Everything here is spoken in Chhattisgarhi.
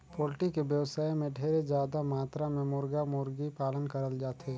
पोल्टी के बेवसाय में ढेरे जादा मातरा में मुरगा, मुरगी पालन करल जाथे